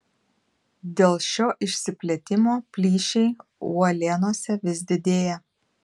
dėl šio išsiplėtimo plyšiai uolienose vis didėja